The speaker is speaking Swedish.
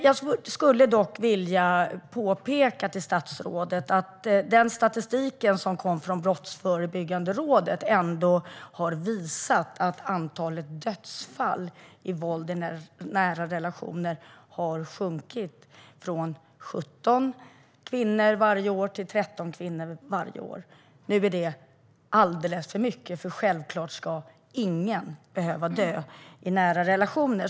Jag skulle dock vilja påpeka för statsrådet att statistiken från Brottsförebyggande rådet har visat att antalet dödsfall i våld i nära relationer har sjunkit från 17 till 13 kvinnor varje år. Nu är det alldeles för mycket, för självklart ska ingen behöva dö i nära relationer.